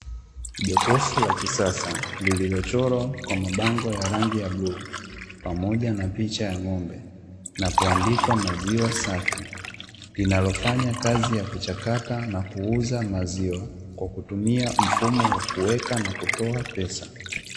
Jokofu la kisasa lililochorwa kwa mabango ya rangi ya bluu pamoja na picha ya ng’ombe na kuandikwa maziwa safi, linalofanya kazi ya kuchakata na kuuza maziwa kwa kutumia mfumo wa kuweka na kutoa pesa.